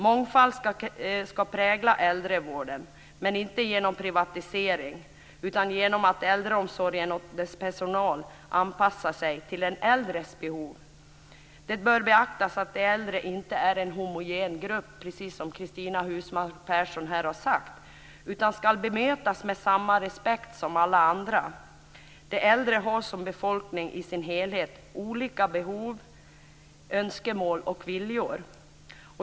Mångfald ska prägla äldrevården, men inte genom privatisering utan genom att äldreomsorgen och dess personal anpassar sig till den äldres behov. Det bör beaktas att de äldre inte är en homogen grupp, precis som Cristina Husmark Pehrsson här har sagt, utan ska bemötas med samma respekt som alla andra. De äldre har som befolkningen i dess helhet olika behov, önskemål och viljor.